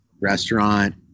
restaurant